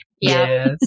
Yes